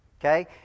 Okay